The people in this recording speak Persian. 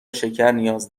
شکرنیاز